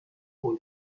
هول